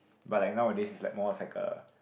but like nowadays like more of like a